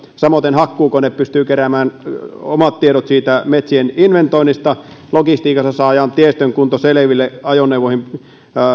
samoiten hakkuukone pystyy keräämään omat tiedot siitä metsien inventoinnista logistiikassa saadaan tiestön kunto selville ajoneuvoihin